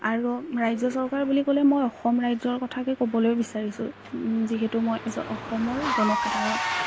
আৰু ৰাজ্য চৰকাৰ বুলি ক'লে মই অসম ৰাজ্যৰ কথাকেই ক'বলৈ বিচাৰিছোঁ যিহেতু মই এজন অসমৰ জনসাধাৰণ